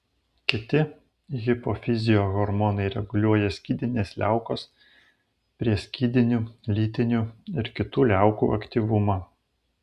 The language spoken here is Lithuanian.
kiti hipofizio hormonai reguliuoja skydinės liaukos prieskydinių lytinių ir kitų liaukų aktyvumą